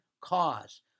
Cause